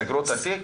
סגרו את התיק?